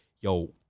yo